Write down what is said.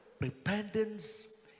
repentance